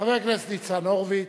חבר הכנסת ניצן הורוביץ.